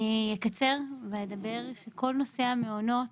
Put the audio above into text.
כל נושא המעונות